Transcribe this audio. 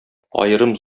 аерым